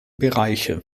bereiche